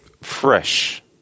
fresh